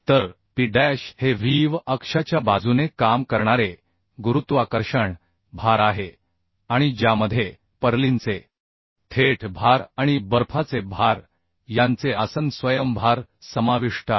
तर P dash हे VV अक्षाच्या बाजूने काम करणारे गुरुत्वाकर्षण भार आहे आणि ज्यामध्ये पर्लिनचे थेट भार आणि बर्फाचे भार यांचे आसन स्वयंभार समाविष्ट आहे